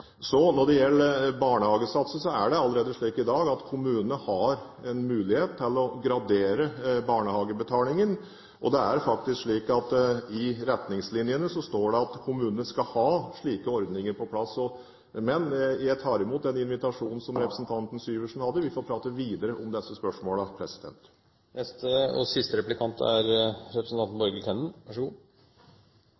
Når det gjelder barnehagesatser, har kommunene allerede i dag en mulighet til å gradere barnehagebetalingen. I retningslinjene står det at kommunene skal ha slike ordninger på plass. Jeg tar imot den invitasjonen som representanten Syversen hadde. Vi får prate videre om disse spørsmålene. I forlengelsen av representanten Syversens spørsmål og